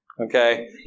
Okay